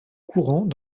courant